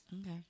Okay